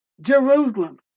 Jerusalem